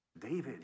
David